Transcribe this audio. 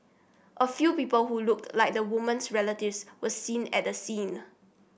a few people who looked like the woman's relatives were seen at the scene